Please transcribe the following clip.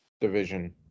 division